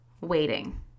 waiting